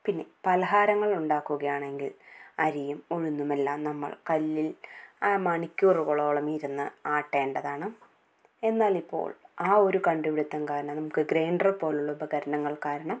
പിന്നെ പലഹാരങ്ങൾ ഉണ്ടാക്കുകയാണെങ്കിൽ അരിയും ഉഴുന്നുമെല്ലാം നമ്മൾ കല്ലിൽ മണിക്കൂറുകളോളം ഇരുന്ന് ആട്ടേണ്ടതാണ് എന്നാൽ ഇപ്പോൾ ആ ഒരു കണ്ടുപിടിത്തം കാരണം നമുക്ക് ഗ്രൈൻഡർ പോലുള്ള ഉപകരണങ്ങൾ കാരണം